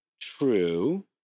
true